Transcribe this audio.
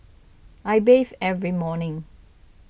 I bathe every morning